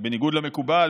זה בניגוד למקובל,